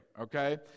Okay